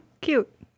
cute